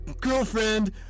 girlfriend